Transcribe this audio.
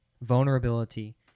vulnerability